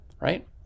right